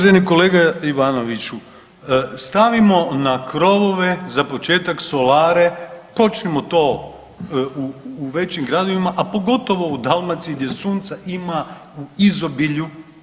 Uvaženi kolega Ivanoviću stavimo na krovove za početak solare počnimo to u većim gradovima, a pogotovo u Dalmaciji gdje sunca ima u izobilju.